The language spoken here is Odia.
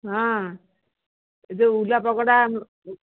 ହଁ ଏ ଯେଉଁ ଉଲା ପଗଡ଼ା